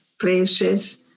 places